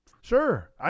Sure